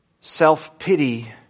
self-pity